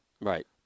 right